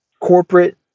Corporate